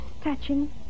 touching